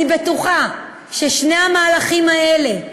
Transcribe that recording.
אני בטוחה ששני המהלכים האלה,